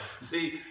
See